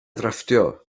drafftio